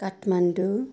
Kathmandu